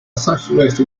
saturated